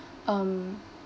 um